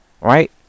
Right